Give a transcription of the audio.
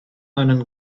einen